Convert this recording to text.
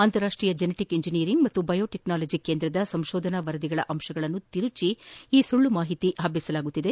ಅಂತಾರಾಷ್ಷೀಯ genetic engineering ಮತ್ತು biotechnology ಕೇಂದ್ರದ ಸಂಶೋಧನಾ ವರದಿಗಳ ಅಂಶಗಳನ್ನು ತಿರುಚಿ ಈ ಸುಳ್ಳು ಮಾಹಿತಿ ನೀಡಲಾಗುತ್ತಿದೆ